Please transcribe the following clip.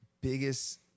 biggest